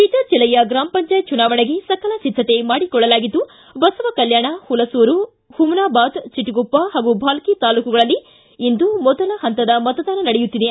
ಬೀದರ ಜಿಲ್ಲೆಯ ಗ್ರಾಮ ಪಂಚಾಯತ್ ಚುನಾವಣೆಗೆ ಸಕಲ ಸಿದ್ದತೆ ಮಾಡಿಕೊಳ್ಳಲಾಗಿದ್ದು ಬಸವಕಲ್ಟಾಣ ಹುಲಸೂರು ಹುಮನಾಬಾದ ಚಿಟಗುಪ್ಪಾ ಹಾಗು ಭಾಲ್ತಿ ತಾಲ್ಲೂಕುಗಳಲ್ಲಿ ಇಂದು ಮೊದಲ ಹಂತದ ಮತದಾನ ನಡೆಯುತ್ತಿದೆ